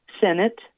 Senate